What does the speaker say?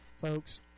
Folks